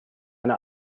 eine